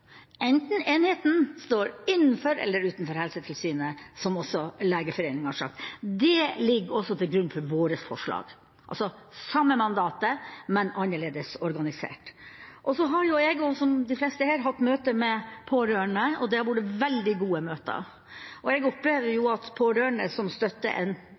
enten enigheten er innenfor eller utenfor Helsetilsynet, som også Legeforeningen har sagt. Det ligger også til grunn for våre forslag: altså samme mandat, men annerledes organisert. Så har også jeg, som de fleste her, hatt møter med pårørende, og det har vært veldig gode møter. Jeg opplever at pårørende som støtter en